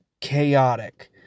chaotic